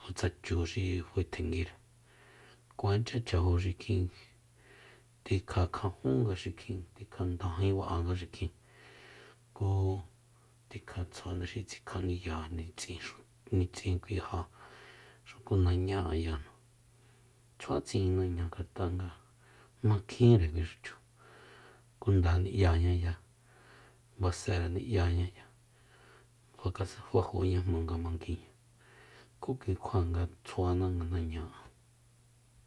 ja tsa chu xi fae tjenguire kuacha chjajo xikjin tikja kjajunga xikjin tikja ndaji ba'anga xikjin ku tikja tsjua jandaxi tsikjaniya nitsin xu nitsin kui ja xuku naña ayajnu tsjua tsi'in naña ngat'a nga makjinre kui xu chu kunda ni'yañaya basere ni'yañaya fakase- fajoña jmanga manguiña ku ki kjua nga tsjuana naña an